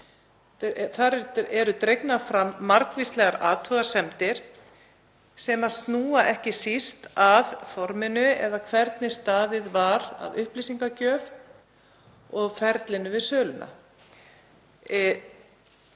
eru dregnar fram margvíslegar athugasemdir sem snúa ekki síst að forminu eða hvernig staðið var að upplýsingagjöf og ferlinu við söluna.